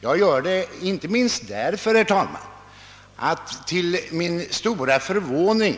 Jag gör detta inte minst av den anledningen, att det till min stora förvåning